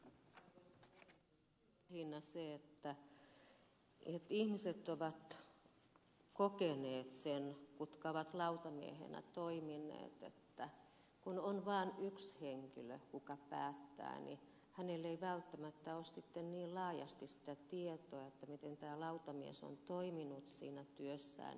syy on lähinnä se että ihmiset jotka ovat lautamiehinä toimineet ovat kokeneet niin että kun on vaan yksi henkilö joka päättää hänellä ei välttämättä ole sitten niin laajasti sitä tietoa miten tämä lautamies on toiminut siinä työssään